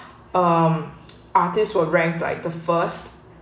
um artists were ranked like the first